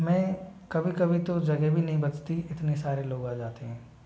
में कभी कभी तो जगह भी नहीं बचती इतनी सारे लोग आ जाते हैं